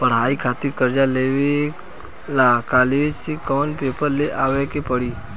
पढ़ाई खातिर कर्जा लेवे ला कॉलेज से कौन पेपर ले आवे के पड़ी?